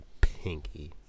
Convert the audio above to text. pinky